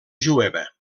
jueva